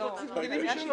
יש לו דינים משלו.